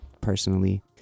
personally